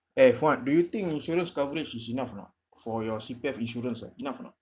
eh fuad do you think insurance coverage is enough or not for your C_P_F insurance uh enough or not